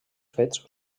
fets